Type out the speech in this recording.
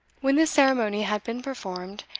when this ceremony had been performed,